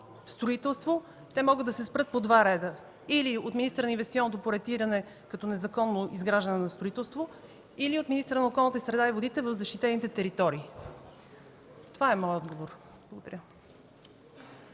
строителство, те могат да се спрат по два реда – или от министъра на инвестиционното проектиране, като незаконно изграждане на строителство, или от министъра на околната среда и водите в защитените територии. Това е моят отговор. Благодаря.